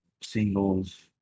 singles